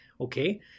okay